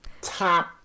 top